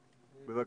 בבקשה.